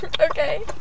Okay